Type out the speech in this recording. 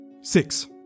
Six